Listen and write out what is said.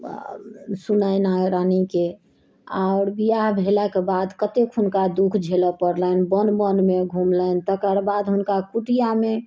सुनैना रानीके आओर बियाह भेलाके बाद कतेक हुनका दुःख झेलै पड़लनि वन वनमे घुमलनि तकरबाद हुनका कुटियामे